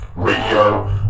radio